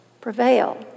prevail